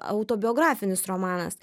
autobiografinis romanas